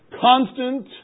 constant